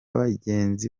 bagenzi